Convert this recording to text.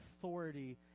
authority